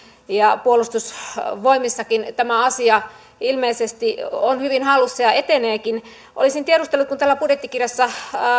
ja puolustusvoimissakin tämä asia ilmeisesti on hyvin hallussa ja eteneekin olisin tiedustellut kun täällä budjettikirjassa